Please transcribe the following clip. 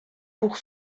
pour